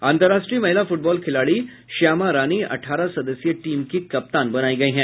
अंतर्राष्ट्रीय महिला फुटबॉल खिलाड़ी श्यामा रानी अठारह सदस्यीय टीम की कप्तान बनायी गयी है